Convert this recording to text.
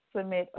submit